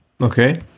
Okay